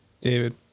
David